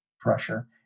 pressure